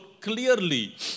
clearly